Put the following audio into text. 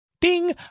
ding